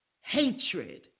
hatred